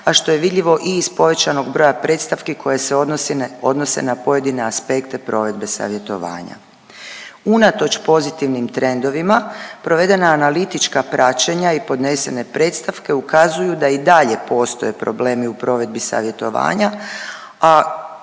a što je vidljivo i iz povećanog broja predstavki koje se odnose na pojedine aspekte provedbe savjetovanja. Unatoč pozitivnim trendovima provedena analitička praćenja i podnesene predstavke ukazuju da i dalje postoje problemi u provedbi savjetovanja, a